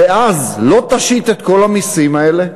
ואז לא תשית את כל המסים האלה?